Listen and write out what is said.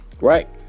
Right